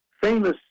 famous